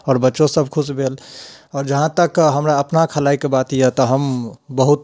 आओर बच्चो सभ खुश भेल आओर जहाँ तक हमरा अपना खेलाइ कऽ बात यऽ तऽ हम बहुत